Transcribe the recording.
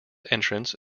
entrance